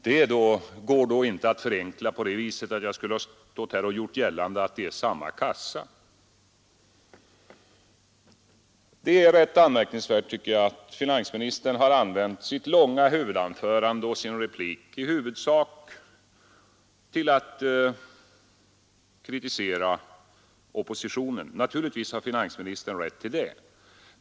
Detta går inte att förenkla på det sättet att jag skulle ha gjort gällande att det är samma kassa Finansministern använder sitt långa anförande och sin replik huvudsakligen till att kritisera oppositionen. Och naturligtvis har finans ministern rätt att göra det.